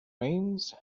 rains